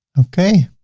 okay.